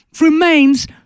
remains